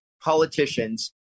politicians